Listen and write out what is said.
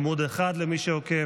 עמ' 1, למי שעוקב.